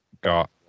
got